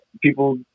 people